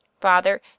father